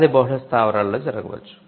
అది బహుళ స్థావరాలలో జరగవచ్చు